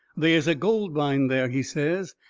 they is a gold mine there, he says,